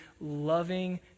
loving